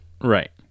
Right